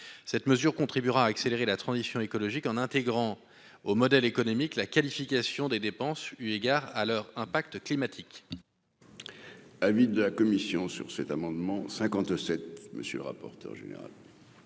cette mesure contribuera à accélérer la transition écologique en intégrant au modèle économique la qualification des dépenses, eu égard à leur impact climatique.